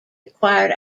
acquired